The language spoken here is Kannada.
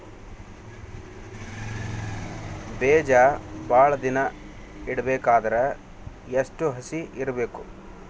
ಬೇಜ ಭಾಳ ದಿನ ಇಡಬೇಕಾದರ ಎಷ್ಟು ಹಸಿ ಇರಬೇಕು?